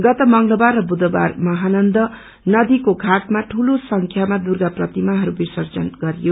गत मंगलबार र बुधवार महानन्दा नदीको घाटाम ठँलो संख्यामा दुर्गा प्रतिमाहरू विसर्जित गरियो